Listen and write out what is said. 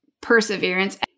perseverance